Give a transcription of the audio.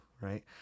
right